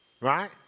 right